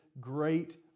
great